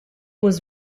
was